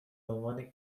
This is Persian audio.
عنوان